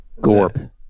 Gorp